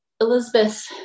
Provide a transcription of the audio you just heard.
Elizabeth